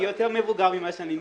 אני יותר מבוגר ממה שאני נראה.